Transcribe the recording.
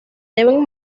deben